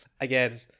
Again